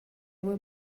will